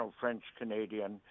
French-Canadian